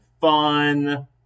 fun